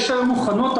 יש היום מוכנות,